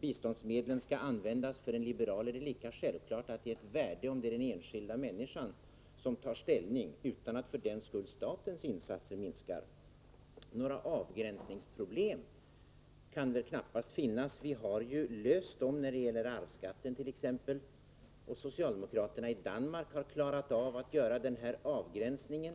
biståndsmedel skall användas. För en liberal är det lika självklart att det är ett värde om det är den enskilda människan som tar ställning, utan att för den skull statens insatser minskar. Några avgränsningsproblem kan det knappast finnas. Vi har ju löst dem t.ex. när det gäller arvsskatten, och socialdemokraterna i Danmark har klarat av att göra denna avgränsning.